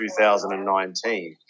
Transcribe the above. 2019